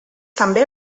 també